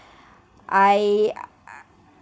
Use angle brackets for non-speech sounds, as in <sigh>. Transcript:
<breath> I